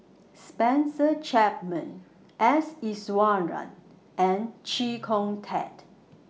Spencer Chapman S Iswaran and Chee Kong Tet